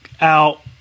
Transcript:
out